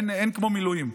אין כמו מילואים.